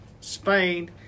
Spain